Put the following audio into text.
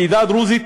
העדה הדרוזית,